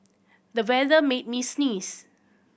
the weather made me sneeze